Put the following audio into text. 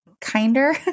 kinder